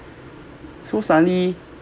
so suddenly